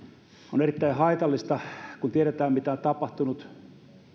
on erittäin haitallista kun tiedetään mitä on tapahtunut